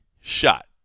shot